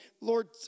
Lord